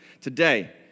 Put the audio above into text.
Today